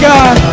God